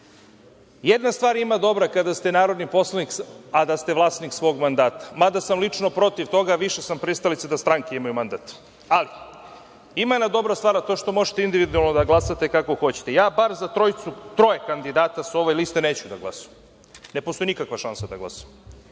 jedna stvar je dobra kada ste narodni poslanik, a da ste vlasnik svog mandata, mada sam lično protiv toga, više sam pristalica da stranke imaju mandat. Ali, ima jedna dobra stvar, a to je što možete individualno da glasate kako hoćete. Ja bar za troje kandidata sa ove liste neću da glasam, ne postoji nikakva šansa da glasam.